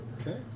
Okay